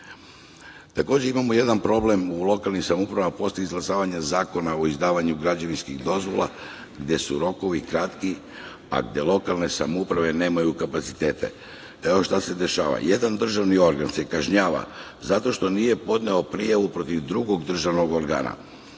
imamo jedan problem u lokalnim samoupravama posle izglasavanja Zakona o izdavanju građevinskih dozvola, gde su rokovi kratki, a gde lokalne samouprave nemaju kapacitete. Evo šta se dešava. Jedan državni organ se kažnjava zato što nije podneo prijavu protiv drugog državnog organa,